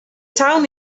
town